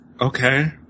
Okay